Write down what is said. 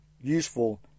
useful